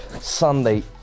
Sunday